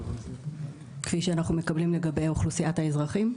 כפי שאנחנו מקבלים לגבי אוכלוסיית האזרחים?